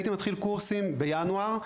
הייתי מתחיל קורסים בינואר,